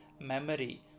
memory